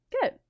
good